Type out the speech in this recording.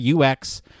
UX